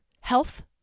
Health